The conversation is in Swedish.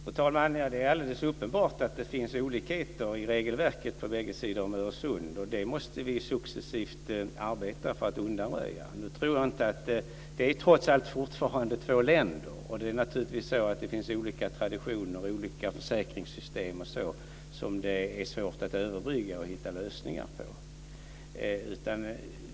Fru talman! Det är alldeles uppenbart att det finns olika hinder i regelverket på bägge sidor om Öresund. Det måste vi successivt arbeta med för att undanröja. Det är trots allt fortfarande två länder, och det finns naturligtvis olika traditioner och försäkringssystem som det är svårt att överbrygga och hitta lösningar på.